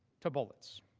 to votes.